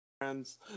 Friends